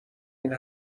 این